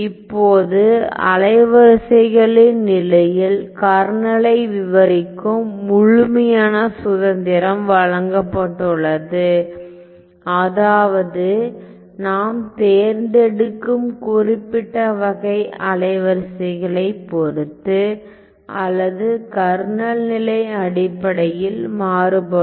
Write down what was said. இப்போது அலைவரிசைகளின் நிலையில் கர்னலை விவரிக்கும் முழுமையான சுதந்திரம் வழங்கப்பட்டுள்ளது அதாவது நாம் தேர்ந்தெடுக்கும் குறிப்பிட்ட வகை அலைவரிசைகளைப் பொறுத்து அல்லது கர்னல் நிலை அடிப்படையில் மாறுபடும்